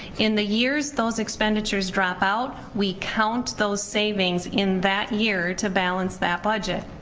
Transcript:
in the years those expenditures drop out, we count those savings in that year to balance that budget.